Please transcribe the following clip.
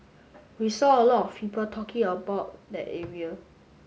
we saw a lot people talking about that area